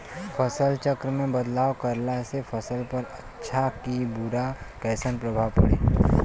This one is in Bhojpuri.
फसल चक्र मे बदलाव करला से फसल पर अच्छा की बुरा कैसन प्रभाव पड़ी?